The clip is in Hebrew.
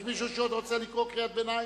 יש מישהו שעוד רוצה לקרוא קריאת ביניים?